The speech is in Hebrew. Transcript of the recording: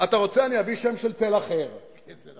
אתה רוצה, אני אביא שם של תל אחר, תל-פארס.